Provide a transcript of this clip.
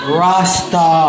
rasta